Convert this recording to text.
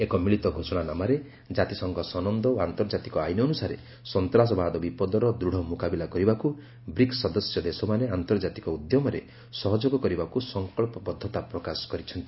ଏକ ମିଳିତ ଘୋଷଣାନାମାରେ ଜାତିସଂଘ ସନନ୍ଦ ଓ ଆନ୍ତର୍ଜାତିକ ଆଇନ ଅନୁସାରେ ସନ୍ତାସବାଦ ବିପଦର ଦୃଢ଼ ମୁକାବିଲା କରିବାକୁ ବ୍ରିକ୍ସ ସଦସ୍ୟ ଦେଶମାନେ ଆନ୍ତର୍ଜାତିକ ଉଦ୍ୟମରେ ସହଯୋଗ କରିବାକୁ ସଂକଳ୍ପବଦ୍ଧତା ପ୍ରକାଶ କରିଛନ୍ତି